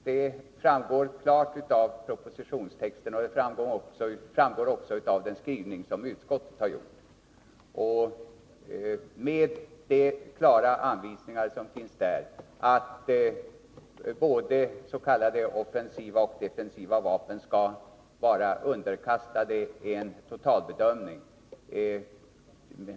Det framgår klart av propositionstexten, och det framgår också av utskottets skrivning. Där finns klara anvisningar att både s.k. offensiva och defensiva vapen skall vara underkastade en totalbedömning.